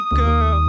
girl